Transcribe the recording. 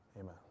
amen